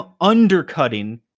undercutting